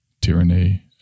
tyranny